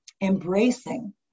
embracing